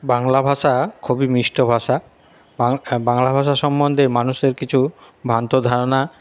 বাংলা ভাষা খুবই মিষ্ট ভাষা বাংলা ভাষা সম্মন্ধে মানুষের কিছু ভ্রান্ত ধারণা